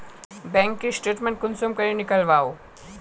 Bank के statement कुंसम नीकलावो?